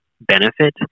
benefit